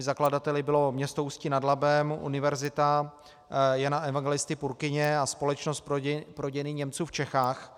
Zakladateli bylo město Ústí nad Labem, Univerzita Jana Evangelisty Purkyně a Společnost pro dějiny Němců v Čechách.